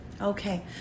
Okay